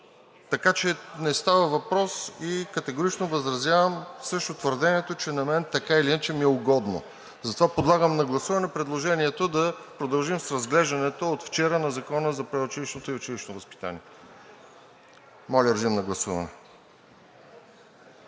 залата да реши. Категорично възразявам срещу твърдението, че на мен така или иначе ми е угодно, затова подлагам на гласуване предложението да продължим с разглеждането от вчера на Закона за предучилищното и училищното образование. Моля, режим на гласуване.